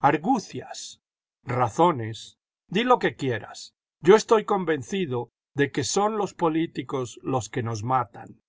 argucias razones di lo que quieras yo estoy convencido de que son los políticos los que nos matan